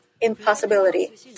impossibility